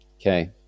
Okay